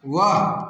वाह